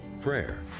prayer